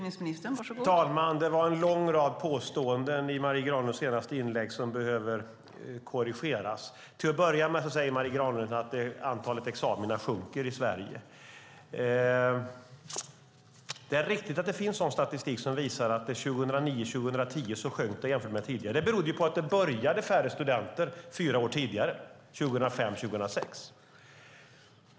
Fru talman! En lång rad påståenden i Marie Granlunds senaste inlägg behöver korrigeras. Till att börja med säger Marie Granlund att antalet examina sjunker i Sverige. Det är riktigt att det finns statistik som visar att antalet examina 2009-2010 sjönk jämfört med tidigare. Det berodde på att det började färre studenter fyra år tidigare, 2005-2006.